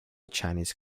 chinese